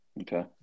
Okay